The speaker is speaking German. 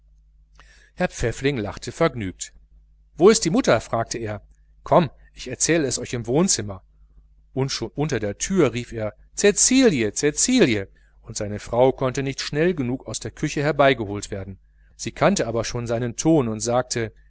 herr pfäffling lachte vergnügt wo ist die mutter sagte er komm ich erzähle es euch im wohnzimmer und schon unter der tür rief er cäcilie cäcilie und seine frau konnte nicht schnell genug aus der küche herbeigeholt werden sie kannte aber schon seinen ton und sagte